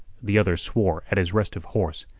the other swore at his restive horse,